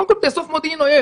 קודם כול תאסוף מודיעין אויב.